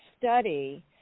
study